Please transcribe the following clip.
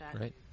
Right